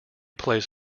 plays